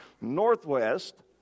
northwest